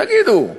תגידו,